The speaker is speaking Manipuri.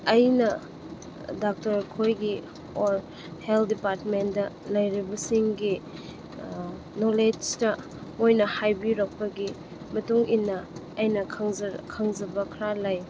ꯑꯩꯅ ꯗꯥꯛꯇꯔꯈꯣꯏꯒꯤ ꯑꯣꯔ ꯍꯦꯜꯠ ꯗꯤꯄꯥꯔꯠꯃꯦꯟꯗ ꯂꯩꯔꯤꯕꯁꯤꯡꯒꯤ ꯅꯣꯂꯦꯖꯇ ꯃꯣꯏꯅ ꯍꯥꯏꯕꯤꯔꯛꯄꯒꯤ ꯃꯇꯨꯡꯏꯟꯅ ꯑꯩꯅ ꯈꯪꯖꯕ ꯈꯔ ꯂꯩ